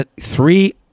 three